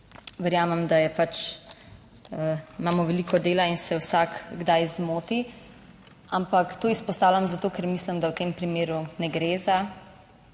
verjamem, da je pač, imamo veliko dela in se vsak kdaj zmoti. Ampak to izpostavljam zato, ker mislim, da v tem primeru ne gre za